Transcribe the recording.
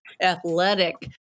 athletic